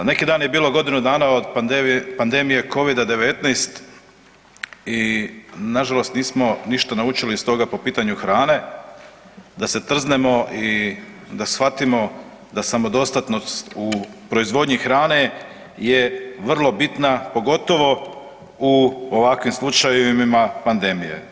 Neki dan je bilo godinu dana od pandemije Covida-19 i nažalost nismo ništa naučili iz toga po pitanju hrane, da se trznemo i da shvatimo da samodostatnost u proizvodnji hrane je vrlo bitna pogotovo u ovakvim slučajevima pandemije.